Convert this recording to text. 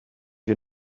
wir